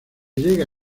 llega